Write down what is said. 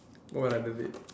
what would I delete